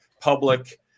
public